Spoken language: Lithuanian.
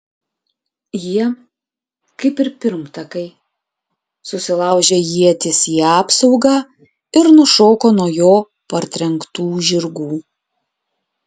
jie kaip ir pirmtakai susilaužė ietis į apsaugą ir nušoko nuo jo partrenktų žirgų